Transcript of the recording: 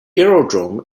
aerodrome